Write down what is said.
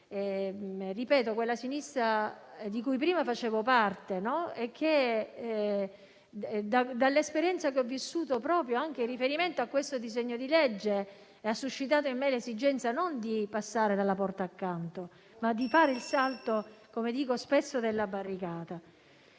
ripeto, quella sinistra di cui prima facevo parte e che, proprio dall'esperienza che ho vissuto anche in riferimento a questo disegno di legge, ha suscitato in me l'esigenza non di passare dalla porta accanto ma di fare il salto, come dico spesso, della barricata.